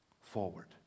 forward